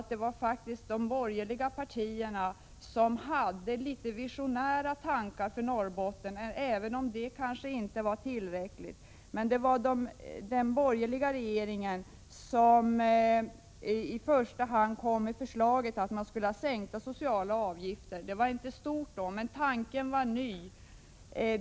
Det var faktiskt de borgerliga partierna som hade visionära tankar för Norrbotten, även om de inte var tillräckliga. Det var en borgerlig regering som först kom med förslaget om sänkta sociala avgifter.